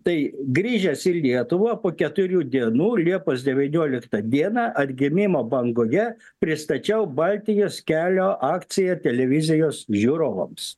tai grįžęs į lietuvą po keturių dienų liepos devynioliktą dieną atgimimo bangoje pristačiau baltijos kelio akciją televizijos žiūrovams